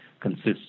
consists